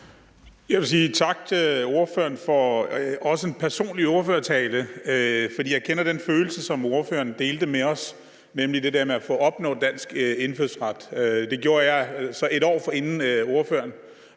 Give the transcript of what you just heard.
Jeg vil sige tak til ordføreren for en også personlig ordførertale. For jeg kender den følelse, som ordføreren delte med os, nemlig det der med at opnå at få indfødsret. Det gjorde jeg i øvrigt et år før ordføreren,